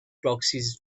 proxies